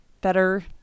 better